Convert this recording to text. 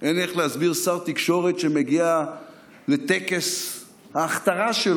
אין לי איך להסביר שר תקשורת שמגיע לטקס ההכתרה שלו,